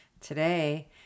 Today